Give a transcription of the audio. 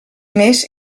més